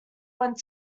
went